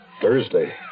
Thursday